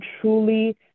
truly